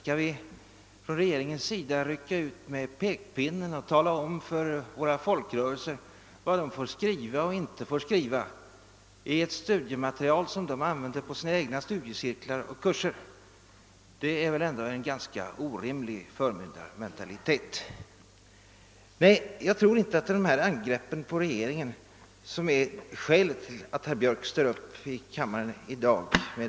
Skall regeringen rycka ut med pekpinnen och tala om för folkrörelserna vad de får skriva och inte får skriva i ett studiematerial som de använder i sina egna studiecirklar och kurser? Det är en orimlig förmyndarmentalitet. Nej, jag tror inte att det är dessa angrepp mot regeringen som är skälet till att herr Björck står upp i kammaren i dag.